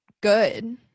good